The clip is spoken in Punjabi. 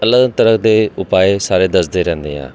ਅਲੱਗ ਤਰ੍ਹਾਂ ਦੇ ਉਪਾਏ ਸਾਰੇ ਦੱਸਦੇ ਰਹਿੰਦੇ ਆ